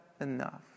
enough